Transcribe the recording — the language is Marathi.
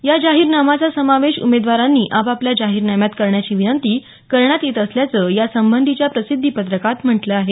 या जाहीरनाम्याचा समावेश उमेदवारांनी आपापल्या जाहीरनाम्यात करण्याची विनंती करण्यात येत असल्याचं यासंबंधीच्या प्रसिद्धी पत्रकात म्हटलं आहे